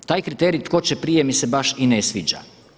Taj kriterij tko će prije mi se baš i ne sviđa.